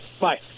bye